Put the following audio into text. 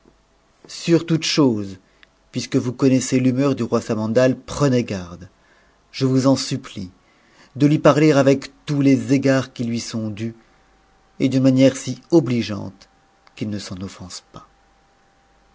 sur toute chose puisque vous connaissez l'humeur du roi samandal prenez garde je vous en supplie de lui parler avec tous les égards qui lui sont dus et d'une manière si obligeante qu'il ne s'en oftens pas